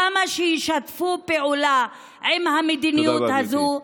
כמה שישתפו פעולה עם המדיניות הזאת,